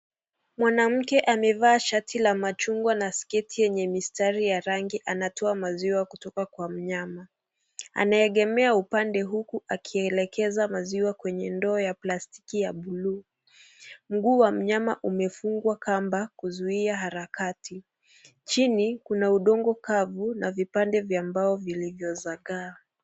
Mwanamke amevaa shati la machungwa na sketi yenye mistari ya rangi anatoa maziwa kutoka kwa mnyama. Anaegemea upande huku akielekeza maziwa kwenye ndoo ya plastiki ya buluu. Mguu wa mnyama umefungwa kamba kuzuia harakati. Chini kuna udongo kavu na vipande vya mbao vilivyosakaa.